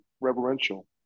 reverential